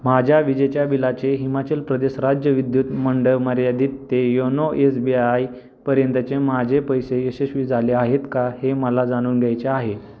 माझ्या विजेच्या बिलाचे हिमाचल प्रदेश राज्य विद्युत मंडळ मर्यादित ते योनो एस बी आय पर्यंतचे माझे पैसे यशस्वी झाले आहेत का हे मला जाणून घ्यायचे आहे